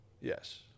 yes